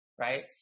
Right